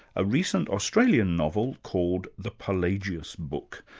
a recent australian novel called the pelagius book,